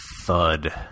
thud